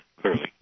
clearly